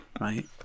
right